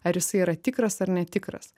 ar jisai yra tikras ar netikras